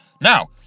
Now